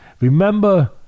Remember